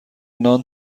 نان